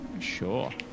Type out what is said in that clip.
Sure